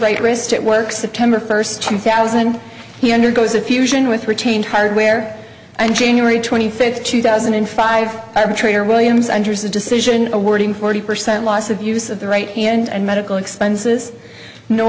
right wrist at work september first two thousand he undergoes a fusion with retained hardware and january twenty fifth two thousand and five i have a trainer williams under is a decision awarding forty percent loss of use of the right hand and medical expenses no